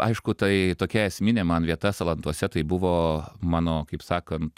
aišku tai tokia esminė man vieta salantuose tai buvo mano kaip sakant